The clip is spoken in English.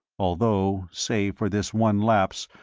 although, save for this one lapse,